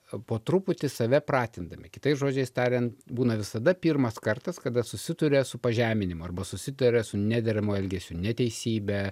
po truputį save pratindami kitais žodžiais tariant būna visada pirmas kartas kada susiduria su pažeminimu arba susiduria su nederamu elgesiu neteisybe